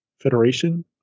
Federation